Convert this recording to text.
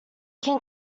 can